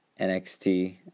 NXT